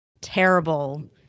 terrible